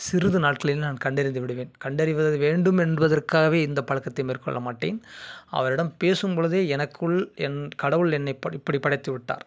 சிறிது நாட்களிலே நான் கண்டறிந்து விடுவேன் கண்டறிவது வேண்டும் என்பதற்காகவே இந்த பழக்கத்தை மேற்கொள்ள மாட்டேன் அவரிடம் பேசும்பொழுதே எனக்குள் என் கடவுள் என்னை ப இப்படி படைத்து விட்டார்